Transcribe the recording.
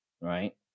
right